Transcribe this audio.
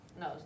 No